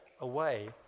away